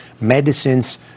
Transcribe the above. medicines